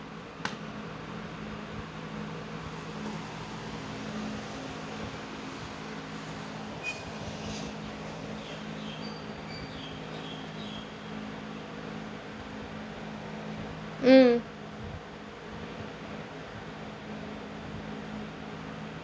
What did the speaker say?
mm